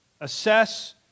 Assess